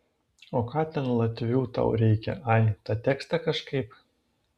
o ką ten latvių tau reikia ai tą tekstą kažkaip